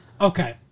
Okay